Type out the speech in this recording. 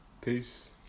Peace